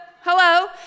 hello